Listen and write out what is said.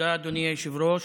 אדוני היושב-ראש.